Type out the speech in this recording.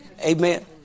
Amen